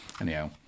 anyhow